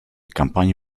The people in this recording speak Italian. campagne